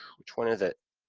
which one is it?